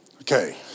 Okay